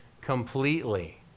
Completely